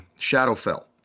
Shadowfell